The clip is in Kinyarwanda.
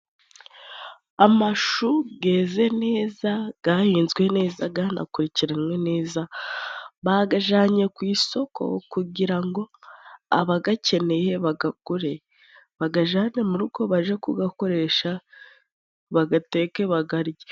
Amashu geze neza, gahinzwe neza, ganakurikiranwe neza, bakajanye ku isoko kugira ngo abagakeneye bakagure, bagajane mu rugo baje kugakoresha bagateke bagarye.